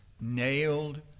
nailed